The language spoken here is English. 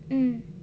mm